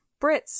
Brits